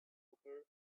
cooper